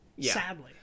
sadly